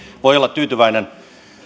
voi olla tyytyväinen